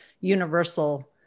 universal